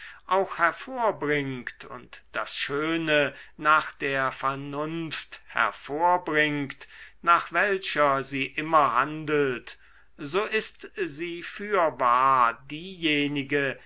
auch hervorbringt und das schöne nach der vernunft hervorbringt nach welcher sie immer handelt so ist sie fürwahr diejenige